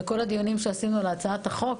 בכל הדיונים שעשינו על הצעת החוק,